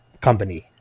company